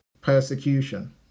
persecution